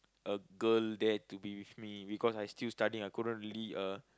a girl there to be with me because I still studying I couldn't really uh